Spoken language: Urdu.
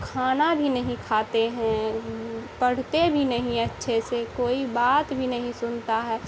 کھانا بھی نہیں کھاتے ہیں پڑھتے بھی نہیں اچھے سے کوئی بات بھی نہیں سنتا ہے